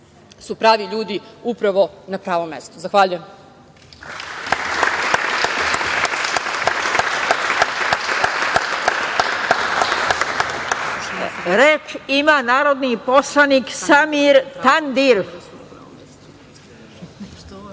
su pravi ljudi upravo na pravom mestu. Zahvaljujem.